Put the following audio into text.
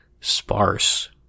sparse